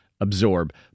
absorb